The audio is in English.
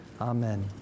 Amen